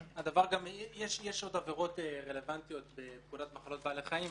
יש עוד עבירות רלוונטיות בפקודת מחלות בעלי חיים,